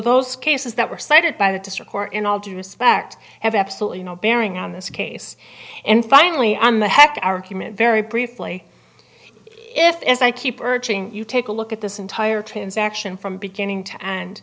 those cases that were cited by the district or in all due respect have absolutely no bearing on this case and finally i'm the heck argument very briefly if as i keep urging you take a look at this entire transaction from beginning to and